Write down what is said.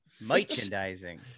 Merchandising